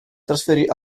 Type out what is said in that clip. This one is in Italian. trasferì